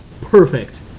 Perfect